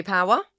Power